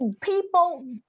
people